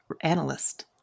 analyst